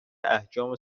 احجام